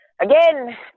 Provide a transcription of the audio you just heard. Again